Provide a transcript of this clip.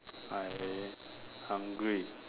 I hungry